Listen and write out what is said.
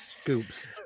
Scoops